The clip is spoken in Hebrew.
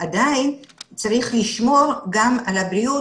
כל מי שמוכשר במשהו צריך למקסם את היכולות